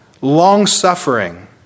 long-suffering